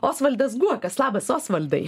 osvaldas guokas labas osvaldai